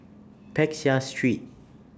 Peck Seah Street